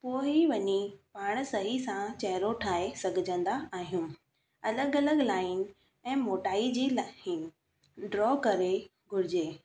पोइ ई वञी पाण सही सां चहिरो ठाहे सघिजंदा आहियूं अलॻि अलॻि लाइन ऐं मोटाई जी लाहिन ड्रॉ करे घुरिजे